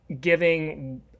giving